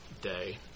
Day